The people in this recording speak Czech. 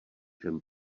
čem